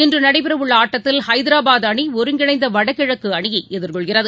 இன்று நடைபெறவுள்ள ஆட்டத்தில் ஹைதராபாத் அணி ஒருங்கிணைந்த வடகிழக்கு அணியை எதிர்கொள்கிறது